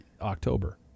October